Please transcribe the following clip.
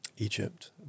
Egypt